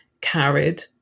carried